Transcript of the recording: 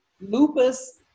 lupus